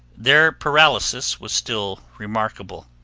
their paralysis was still remarkable.